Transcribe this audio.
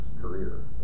career